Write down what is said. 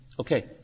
Okay